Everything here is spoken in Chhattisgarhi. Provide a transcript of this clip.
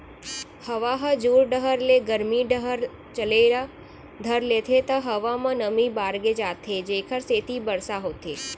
हवा ह जुड़ डहर ले गरमी डहर चले ल धर लेथे त हवा म नमी बाड़गे जाथे जेकर सेती बरसा होथे